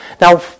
Now